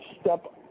step